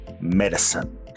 medicine